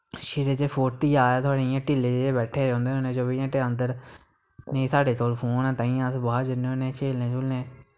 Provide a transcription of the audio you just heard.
शरीर च फुर्ती आए थुआढ़े इ'यां ढिल्ले जेह् बैठे दे रौंह्दे रौह्न्ने चौबी घैंटे अंदर नेईं साढ़े कोल फोन ऐ ताइयें अस बाह्र जन्ने होन्ने खेलने खूलने